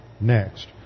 next